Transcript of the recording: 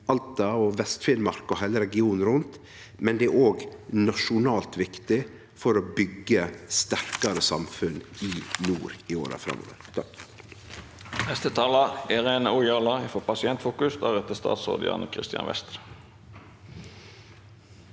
Alta og Vest-Finnmark og heile regionen rundt, men det er også nasjonalt viktig, for å byggje sterkare samfunn i nord i åra framover. Irene